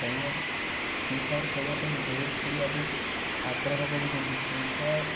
ଖେଳିବା ଫିଫାୟାର୍ ଖେଳିବା ପାଇଁ ବହୁତ ପିଲା ବି ଆଗ୍ରହ କରୁଛନ୍ତି ଫିଫାୟାର୍